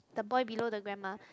the boy below the grandma